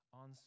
on